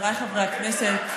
חבריי חברי הכנסת,